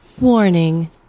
Warning